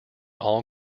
all